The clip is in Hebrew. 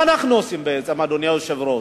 מה אנחנו עושים, אדוני היושב-ראש?